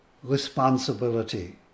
responsibility